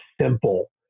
simple